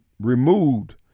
removed